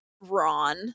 ron